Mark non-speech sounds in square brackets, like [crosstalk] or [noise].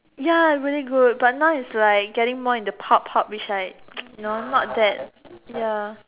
ya really good but now is like getting into the pop pop which I [noise] you know not that ya